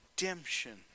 redemption